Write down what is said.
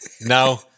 Now